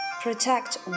Protect